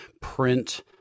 print